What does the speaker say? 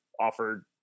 offered